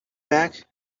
back